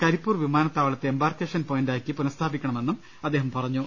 കരി പ്പൂർ വിമാനത്താവളത്തെ എംബാർക്കേഷൻ പോയന്റാക്കി പുനസ്ഥാപിക്കണ മെന്നും അദ്ദേഹം ആവശ്യപ്പെട്ടു